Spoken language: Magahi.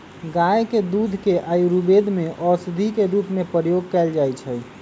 गाय के दूध के आयुर्वेद में औषधि के रूप में प्रयोग कएल जाइ छइ